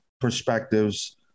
perspectives